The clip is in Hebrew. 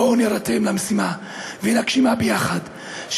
בואו נירתם למשימה ונגשימה ביחד,